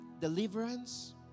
deliverance